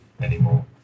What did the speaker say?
anymore